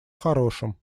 хорошем